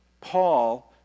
Paul